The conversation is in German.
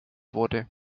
wurde